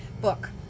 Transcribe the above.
Book